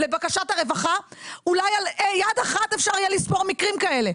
לבקשת הרווחה אולי על יד אחת אפשר יהיה לספור מקרים כאלה.